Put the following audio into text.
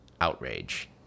outrage